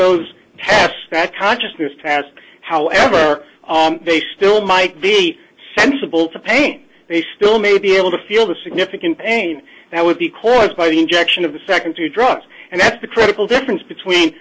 those abstract consciousness trance however they still might be sensible to pain he still may be able to feel the significant pain that would be coarse by the injection of the second to drugs and that the critical difference between